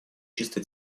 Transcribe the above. чисто